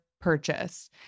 purchase